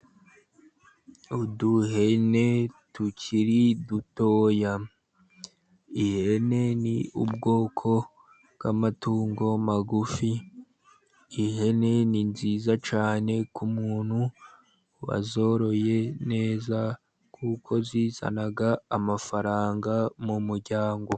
Uduhene tukiri dutoya, ihene n'ubwoko bw'amatungo magufi. Ihene ni nziza cyane ku muntu wazoroye neza, kuko zizana amafaranga mu muryango.